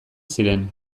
ziren